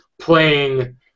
playing